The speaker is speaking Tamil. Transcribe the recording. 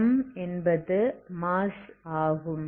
m என்பது மாஸ் ஆகும்